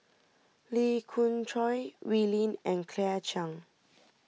Lee Khoon Choy Wee Lin and Claire Chiang